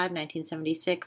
1976